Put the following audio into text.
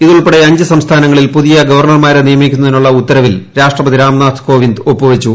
ഇതുൾപ്പെടെ അഞ്ച് സംസ്ഥാനങ്ങളിൽ പുതിയ ഗവർണർമാരെ നിയമിക്കുന്നതിനുള്ള ഉത്തരവിൽ രാഷ്ട്രപതി രാംനാഥ് കോവിന്ദ് ഒപ്പുവച്ചു